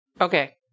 Okay